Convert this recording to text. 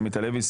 עמית הלוי,